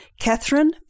Catherine